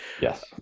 yes